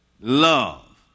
love